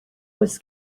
was